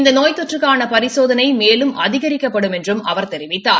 இந்த நோய் தொற்றுக்கான பரிசோதளை மேலும் அதிகரிக்கப்படும் என்றும் அவர் தெரிவித்தார்